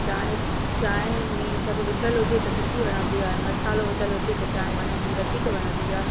चांहि चांहि में सभु विधियलु हुजे त सुठी वणंदी आहे मसालो विधियलु हुजे त चांहि वणंदी वधीक वणंदी आहे